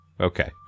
Okay